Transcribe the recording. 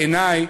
בעיני,